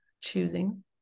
choosing